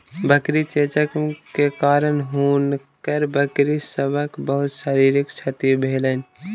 बकरी चेचक के कारण हुनकर बकरी सभक बहुत शारीरिक क्षति भेलैन